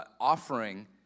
offering